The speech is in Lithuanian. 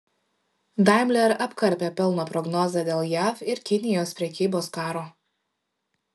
daimler apkarpė pelno prognozę dėl jav ir kinijos prekybos karo